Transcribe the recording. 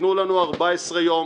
תיתנו לנו 14 יום,